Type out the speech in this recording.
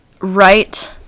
right